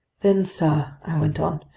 then, sir, i went on,